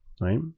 right